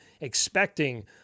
expecting